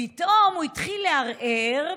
פתאום הוא התחיל להרהר,